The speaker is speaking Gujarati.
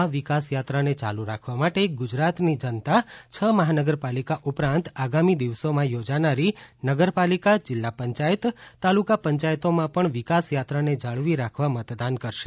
આ વિકાસ યાત્રાને યાલુ રાખવા માટે ગુજરાતની જનતા છ મહાનગરપાલિકા ઉપરાંત આગામી દિવસોમાં યોજાનારી નગરપાલિકા જીલ્લા પંચાયત તાલુકા પંચાયતોમાં પણ વિકાસ યાત્રાને જાળવી રાખવા મતદાન કરશે